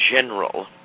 general